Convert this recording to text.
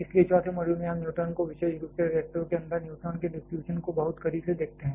इसलिए चौथे मॉड्यूल में हम न्यूट्रॉन को विशेष रूप से रिएक्टरों के अंदर न्यूट्रॉन के डिस्ट्रीब्यूशन को बहुत करीब से देखते हैं